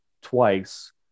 twice